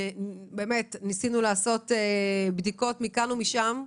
ניסינו לעשות בדיקות מכאן ומשם.